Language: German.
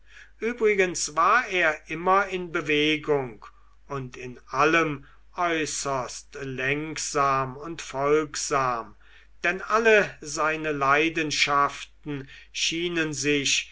übrigens war er immer in bewegung und in allem äußerst lenksam und folgsam denn alle seine leidenschaften schienen sich